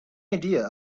idea